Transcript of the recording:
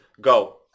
Go